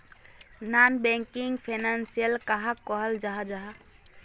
Non banking financial कहाक कहाल जाहा जाहा?